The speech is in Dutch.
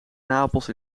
napels